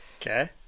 okay